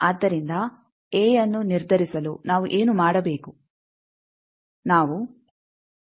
ಆದ್ದರಿಂದ ಎಅನ್ನು ನಿರ್ಧರಿಸಲು ನಾವು ಏನು ಮಾಡಬೇಕು ನಾವು ಎಂದು ಹಾಕುತ್ತೇವೆ